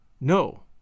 No